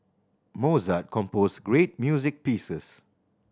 Mozart composed great music pieces